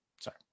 Sorry